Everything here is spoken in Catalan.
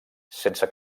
sense